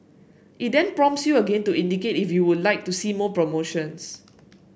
it then prompts you again to indicate if you would like to see more promotions